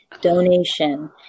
donation